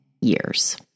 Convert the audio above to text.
years